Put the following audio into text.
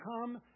come